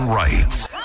rights